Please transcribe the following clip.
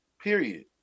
Period